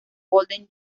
golden